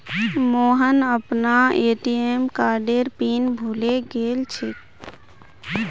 मोहन अपनार ए.टी.एम कार्डेर पिन भूले गेलछेक